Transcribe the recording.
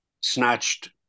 snatched